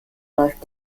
läuft